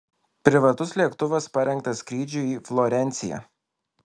privatus lėktuvas parengtas skrydžiui į florenciją